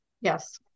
Yes